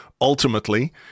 Ultimately